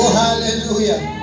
hallelujah